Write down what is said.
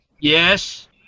Yes